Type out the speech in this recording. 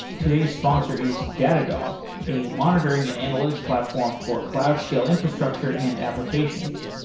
today's sponsor is datadog, a monitoring and analytics platform for cloud scale infrastructure and applications.